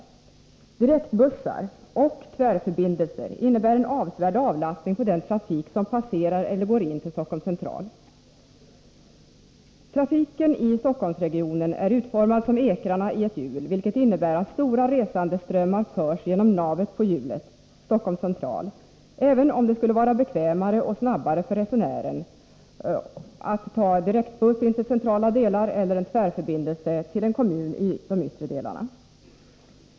Direktbussar — och tvärförbindelser — innebär en avsevärd avlastning på den Trafiken i Stockholmsregionen är utformad som ekrarna i ett hjul, vilket innebär att stora resandeströmmar förs genom navet på hjulet, Stockholm C, även om det skulle vara bekvämare och snabbare för resenären att ta en direktbuss in till centrala delar eller en tvärförbindelse till en kommun i de yttre delarna.